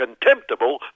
contemptible